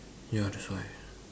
ya that's why